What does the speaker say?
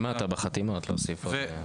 למטה בחתימות להוסיף.